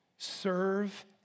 serve